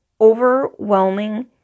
overwhelming